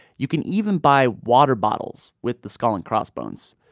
you can even buy water bottles with the skull and crossbones.